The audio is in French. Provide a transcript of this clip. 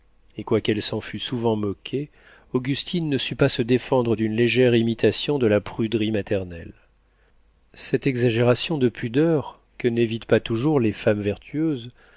et quoiqu'elle s'en fût souvent moqué augustine ne sut pas se défendre d'une légère imitation de la pruderie maternelle cette exagération de pudeur que n'évitent pas toujours les femmes vertueuses